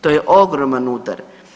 To je ogroman udar.